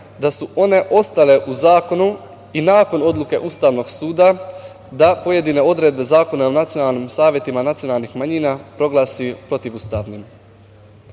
da su one ostale u zakonu i nakon odluke Ustavnog suda da pojedine odredbe Zakona o nacionalnim savetima nacionalnih manjina proglasi protivustavnim. Ovde